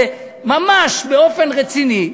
ממש באופן רציני,